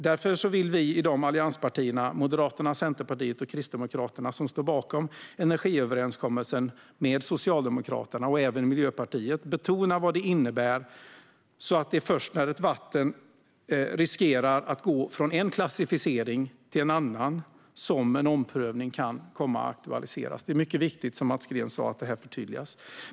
Därför vill vi i Moderaterna, Centerpartiet och Kristdemokraterna - de allianspartier som står bakom energiöverenskommelsen med Socialdemokraterna och Miljöpartiet - betona vad det innebär, så att det först är när ett vatten riskerar att få en ändrad klassificering som en omprövning kan komma att aktualiseras. Som Mats Green sa är det mycket viktigt att detta förtydligas.